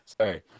Sorry